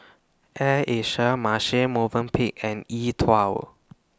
Air Asia Marche Movenpick and E TWOW